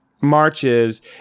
marches